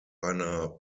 einer